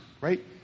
right